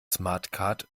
smartcard